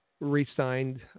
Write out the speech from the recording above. re-signed